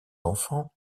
enfants